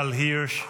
Gal Hirsh.